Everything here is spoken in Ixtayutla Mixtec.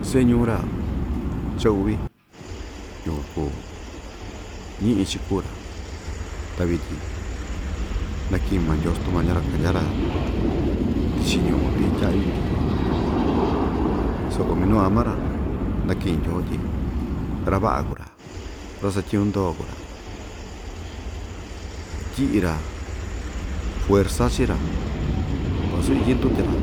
Se'e ñuu‑ra cha u'vi yukuan kuu ñi'i ichakuu‑ra ta vityin naki'in maa ndyoo stumañio‑ra kandya‑ra tichi ñu'un ti ndya'yu vityin soko minu ama‑ra naki'in ndyoo tyi ra‑va'a kuu‑ra ra‑satyiñu ndoo kuu‑ra ityi'i‑ra fuerza chii‑ra vasu ityi ndutya‑ra